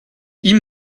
ihm